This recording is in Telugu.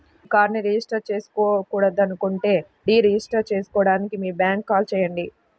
మీ కార్డ్ను రిజిస్టర్ చేయకూడదనుకుంటే డీ రిజిస్టర్ చేయడానికి మీ బ్యాంక్కు కాల్ చేయండి